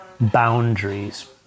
boundaries